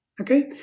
okay